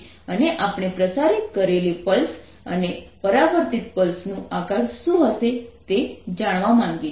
અને આપણે પ્રસારિત કરેલી પલ્સ અને પરાવર્તિત પલ્સનું આકાર શું હશે તે જાણવા માંગીએ છીએ